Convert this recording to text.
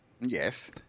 Yes